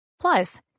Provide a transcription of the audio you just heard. plus